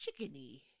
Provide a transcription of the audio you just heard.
chickeny